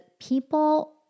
people